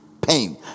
pain